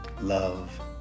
love